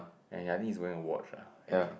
and I think he's wearing a watch ah ya I think